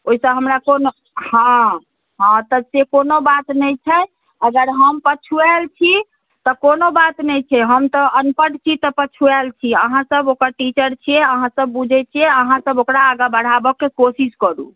ओहि सॅं हमरा कोनो हॅं हॅं तऽ से कोनो बात नहि छै अगर हम पछुआल छी तऽ कोनो बात नहि छै हम तऽ अनपढ़ छी तऽ पछुआल छी अहाँसब ओकर टीचर छियै अहाँसब बुझै छियै अहाँसब ओकरा आगा बढ़ाबा के कोशिश करू